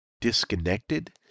disconnected